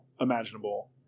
imaginable